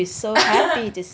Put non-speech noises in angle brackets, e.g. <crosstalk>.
<laughs>